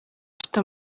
afite